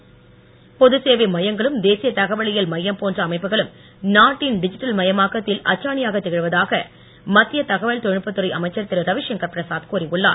ரவி சங்கர் பொது சேவை மையங்களும் தேசிய தகவலியல் மையம் போன்ற அமைப்புகளும் நாட்டின் டிஜிட்டல் மயமாக்கத்தில் அச்சாணியாகத் திகழ்வதாக மத்திய தகவல் தொழில்நுட்பத்துறை அமைச்சர் திரு ரவிசங்கர் பிரசாத் கூறி உள்ளார்